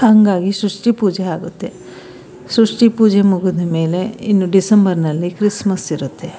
ಹಾಗಾಗಿ ಸೃಷ್ಟಿ ಪೂಜೆ ಆಗುತ್ತೆ ಸೃಷ್ಟಿ ಪೂಜೆ ಮುಗಿದಮೇಲೆ ಇನ್ನು ಡಿಸೆಂಬರ್ನಲ್ಲಿ ಕ್ರಿಸ್ಮಸ್ ಇರುತ್ತೆ